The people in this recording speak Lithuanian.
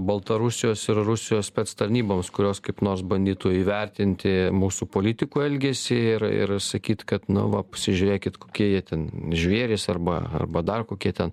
baltarusijos ir rusijos spec tarnyboms kurios kaip nors bandytų įvertinti mūsų politikų elgesį ir ir sakyt kad na va pasižiūrėkit kokie jie ten žvėrys arba arba dar kokie ten